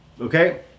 okay